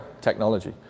technology